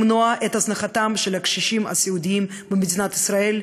למנוע את הזנחת הקשישים הסיעודיים במדינת ישראל,